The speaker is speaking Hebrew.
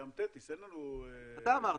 ים טטיס, אין לנו --- אתה אמרת.